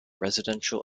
residential